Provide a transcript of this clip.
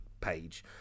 page